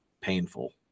painful